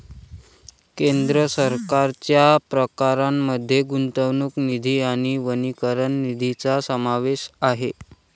केंद्र सरकारच्या प्रकारांमध्ये गुंतवणूक निधी आणि वनीकरण निधीचा समावेश आहे